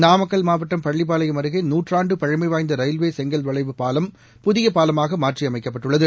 நாமக்கல் மாவட்டம் பள்ளிப்பாளையம் அருகே நூற்றாண்டு பழமை வாய்ந்த ரயில்வே செங்கல் வளைவு பாலம் புதிய பாலமாக மாற்றியமைக்கப்பட்டுள்ளது